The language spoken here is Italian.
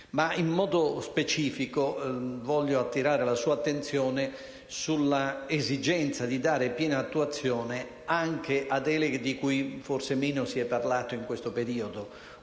In modo specifico, però, voglio attirare la sua attenzione sull'esigenza di dare piena attuazione anche a deleghe, di cui forse si è parlato meno in questo periodo,